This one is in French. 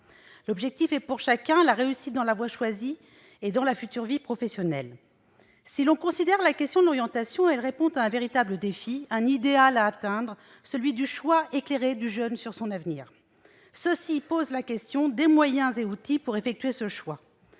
L'objectif est, pour chacun, la réussite dans la voie choisie et dans la future vie professionnelle. Si l'on considère la question de l'orientation, celle-ci répond à un véritable défi, à un idéal à atteindre : celui du choix éclairé du jeune sur son avenir. Se pose la question des moyens et des outils pour effectuer ce choix.